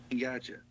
Gotcha